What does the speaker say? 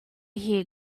hear